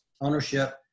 ownership